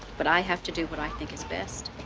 but i have to do what i think is best.